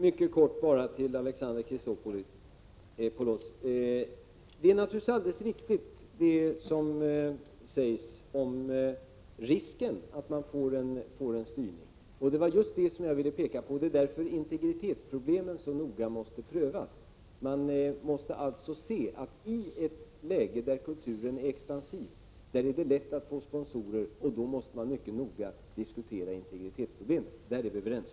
Herr talman! Jag vill bara helt kort säga några ord till Alexander Chrisopoulos. Det som sägs om risken att man får en styrning är naturligtvis alldeles riktigt. Det var just det jag ville peka på. Det är därför integritetsproblemet så noga måste prövas. I ett läge där kulturen är expansiv är det lätt att få sponsorer, och då måste man mycket noga diskutera integritetsproblemet. Där är vi överens.